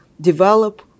develop